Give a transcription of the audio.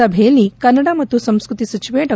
ಸಭೆಯಲ್ಲಿ ಕನ್ನಡ ಮತ್ತು ಸಂಸ್ಕತಿ ಸಚಿವೆ ಡಾ